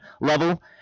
level